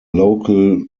local